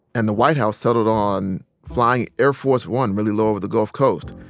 and the white house settled on flying air force one really low over the gulf coast,